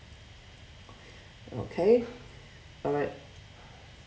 okay alright